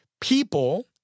People